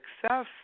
Success